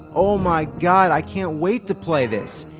oh my god, i can't wait to play this.